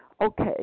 Okay